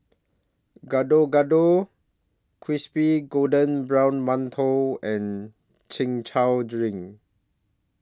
Gado Gado Crispy Golden Brown mantou and Chin Chow Drink